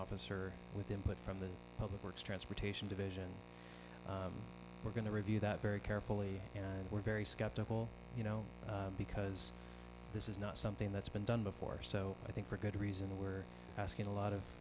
officer with input from the public works transportation division we're going to review that very carefully and we're very skeptical you know because this is not something that's been done before so i think for good reason we're asking a lot of